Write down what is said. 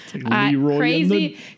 Crazy